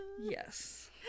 Yes